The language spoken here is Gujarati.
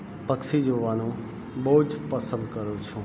પક્ષી જોવાનું બહુ જ પસંદ કરું છું